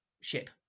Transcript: ship